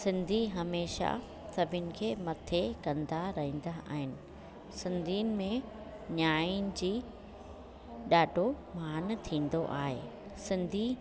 सिंधी हमेशह सभिनी खे मथे कंदा रहंदा आहिनि सिंधियुनि में नियाणियुनि जी ॾाढो मानु थींदो आहे सिंधी